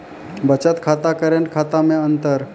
बचत खाता करेंट खाता मे अंतर?